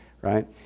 right